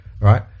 right